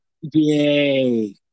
Yay